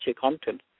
content